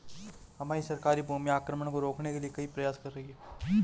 हमारी सरकार भूमि अवक्रमण को रोकने के लिए कई प्रयास कर रही है